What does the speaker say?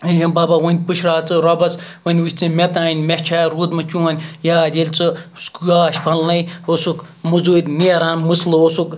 بَبا وۄنۍ پٕشراو ژٕ رۄبَس وۄنۍ وٕچھ ژٕ مےٚ تام مےٚ چھا روٗدمُت چون یاد ییٚلہِ ژٕ گاش پھَلنَے اوسُکھ مٔزوٗرۍ نیران مٕسلہٕ اوسُکھ